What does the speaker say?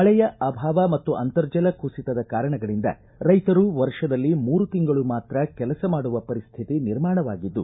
ಮಳೆಯ ಅಭಾವ ಮತ್ತು ಅಂತರ್ಜಲ ಕುಸಿತದ ಕಾರಣಗಳಿಂದ ರೈತರು ವರ್ಷದಲ್ಲಿ ಮೂರು ತಿಂಗಳು ಮಾತ್ರ ಕೆಲಸ ಮಾಡುವ ಪರಿಸ್ಥಿತಿ ನಿರ್ಮಾಣವಾಗಿದ್ದು